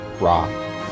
raw